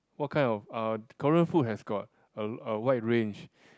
what kind of uh Korean food has got a a wide range